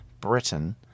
Britain –